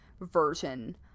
version